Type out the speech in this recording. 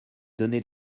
données